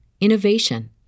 innovation